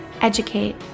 educate